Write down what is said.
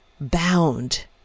bound